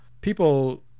people